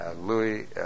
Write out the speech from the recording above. Louis